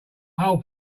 whole